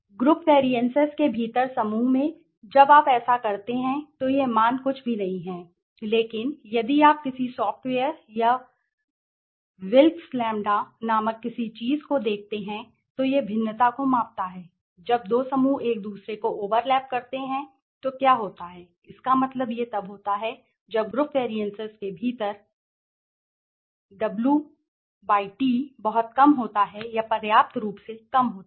group variances के भीतर समूह में जब आप ऐसा करते हैं तो यह मान कुछ भी नहीं है लेकिन यदि आप किसी सॉफ़्टवेयर या विल्क्स लैंबडाWilks Lambda नामक किसी चीज़ को देखते हैं तो यह भिन्नता को मापता है जब दो समूह एक दूसरे को ओवरलैप करते हैं तो क्या होता है इसका मतलब यह तब होता है जब ग्रुप वैरिएंसेस के भीतर ग्रुप वैरिएंसेस के भीतर W T बहुत कम होता है या पर्याप्त रूप से कम होता है